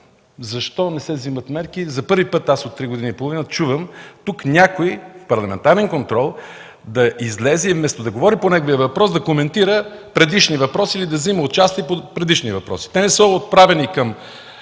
защо не се вземат мерки. За първи път от три години и половина чувам тук някой по време на парламентарен контрол да излезе и вместо да говори по неговия въпрос, да коментира предишни въпроси или да взема отношение по тях. Те не са отправени към